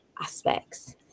aspects